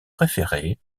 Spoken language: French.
préféré